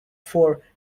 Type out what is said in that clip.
for